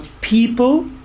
people